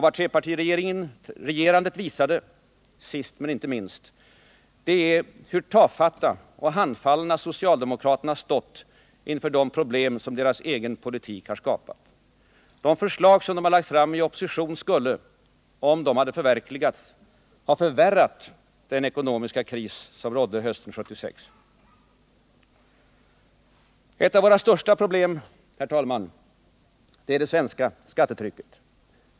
Sist, men inte minst: Vad trepartiregerandet visade är hur tafatta och handfallna socialdemokraterna stått inför de problem som deras egen politik har skapat. De förslag de lagt fram i opposition skulle, om de hade förverkligats, ha förvärrat den ekonomiska kris som rådde hösten 1976. Herr talman! Ett av våra största problem är det svenska skattetrycket.